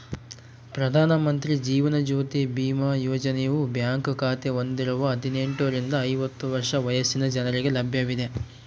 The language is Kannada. ಪ್ರಧಾನ ಮಂತ್ರಿ ಜೀವನ ಜ್ಯೋತಿ ಬಿಮಾ ಯೋಜನೆಯು ಬ್ಯಾಂಕ್ ಖಾತೆ ಹೊಂದಿರುವ ಹದಿನೆಂಟುರಿಂದ ಐವತ್ತು ವರ್ಷ ವಯಸ್ಸಿನ ಜನರಿಗೆ ಲಭ್ಯವಿದೆ